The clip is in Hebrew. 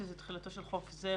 שזה תחילתו של חוק זה,